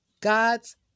God's